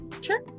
Sure